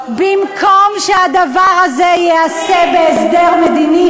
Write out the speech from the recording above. במקום שהדבר הזה ייעשה בהסדר מדיני,